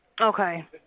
Okay